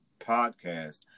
podcast